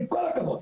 עם כל הכבוד.